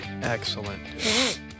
Excellent